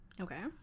okay